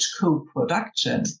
co-production